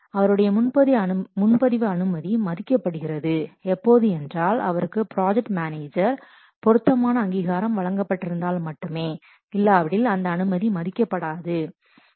அவருடைய முன்பதிவு அனுமதி மதிக்கப்படுகிறது எப்போது என்றால் அவருக்கு ப்ராஜெக்ட் மேனேஜர் பொருத்தமான அங்கீகாரம் வழங்கப்பட்டிருந்தால் மட்டுமே இல்லாவிடில் அந்த அனுமதி மதிக்கப்படாது